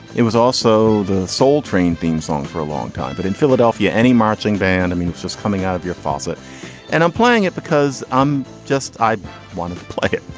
it was also the soul train theme song for a long time. but in philadelphia, any marching band, i mean, it's just coming out of your faucet and i'm playing it because i'm just i wanted to play it.